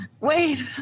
Wait